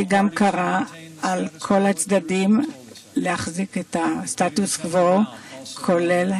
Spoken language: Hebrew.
"לכל הצדדים לשמר את הסטטוס קוו באתרים הקדושים בירושלים,